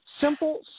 Simple